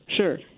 Sure